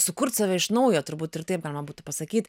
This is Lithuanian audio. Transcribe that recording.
sukurt save iš naujo turbūt ir taip galima būtų pasakyt